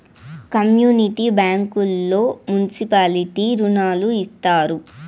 community బ్యాంకుల్లో municipality రుణాలు ఇత్తారు